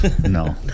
No